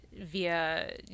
via